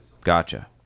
Gotcha